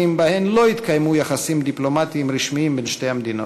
שבהן לא התקיימו יחסים דיפלומטיים בין שתי המדינות.